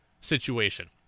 situation